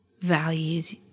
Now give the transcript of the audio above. values